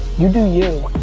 you do you.